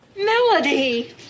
Melody